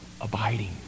abiding